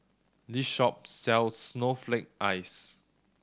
this shop sells snowflake ice